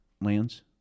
lands